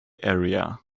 area